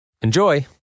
Enjoy